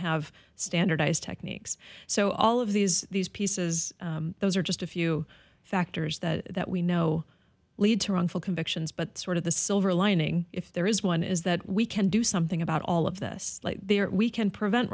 have standardized techniques so all of these these pieces those are just a few factors that that we know lead to wrongful convictions but sort of the silver lining if there is one is that we can do something about all of this there we can prevent